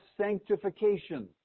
sanctification